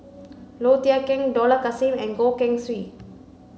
Low Thia Khiang Dollah Kassim and Goh Keng Swee